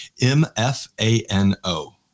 M-F-A-N-O